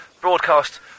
broadcast